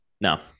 No